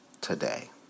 today